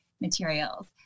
materials